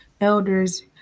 elders